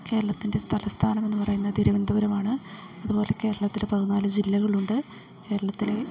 കേരളത്തിൻ്റെ തലസ്ഥാനമെന്ന് പറയുന്നത് തിരുവനന്തപുരം ആണ് അതുപോലെ കേരളത്തില് പതിനാല് ജില്ലകളുണ്ട് കേരളത്തിലെ